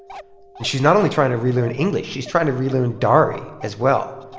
and she's not only trying to relearn english. she's trying to relearn dari, as well,